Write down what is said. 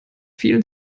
vielen